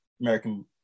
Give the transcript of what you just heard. American